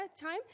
time